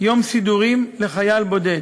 יום סידורים לחייל בודד.